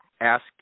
ask